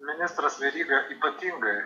ministras veryga ypatingai